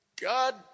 God